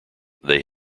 they